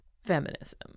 Feminism